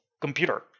computer